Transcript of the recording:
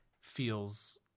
feels